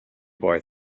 boy